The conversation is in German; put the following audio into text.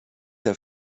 der